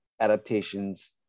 adaptations